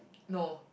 no